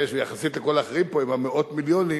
יחסית לכל האחרים פה, עם המאות מיליונים.